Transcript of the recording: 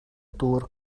dŵr